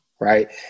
Right